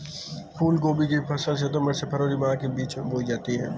फूलगोभी की फसल सितंबर से फरवरी माह के बीच में बोई जाती है